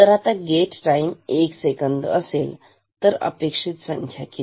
आता जर gate time एक सेकंद असेल तर अपेक्षित संख्या किती